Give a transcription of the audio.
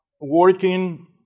working